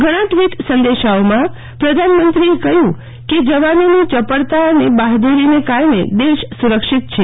ઘણા ટ્વીટ સંદેશાઓમમાં પ્રધાનમંત્રીએ કહ્યુ કે જવાનોની ચપળતાને બફાદુરીને કારણે દેશ સુરક્ષિત છે